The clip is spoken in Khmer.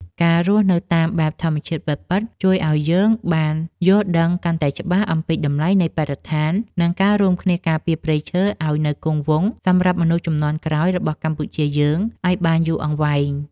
ការរស់នៅតាមបែបធម្មជាតិពិតៗជួយឱ្យយើងបានយល់ដឹងកាន់តែច្បាស់អំពីតម្លៃនៃបរិស្ថាន និង ការរួមគ្នាការពារព្រៃឈើឱ្យនៅគង់វង្សសម្រាប់មនុស្សជំនាន់ក្រោយរបស់កម្ពុជាយើងឱ្យបានយូរអង្វែង។